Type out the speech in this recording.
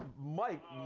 mike,